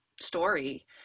story